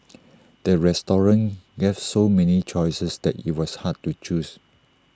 the restaurant gave so many choices that IT was hard to choose